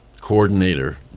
coordinator